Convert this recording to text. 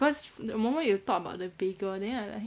because the moment you talk about the bagel then I like